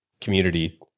community